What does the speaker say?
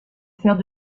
faire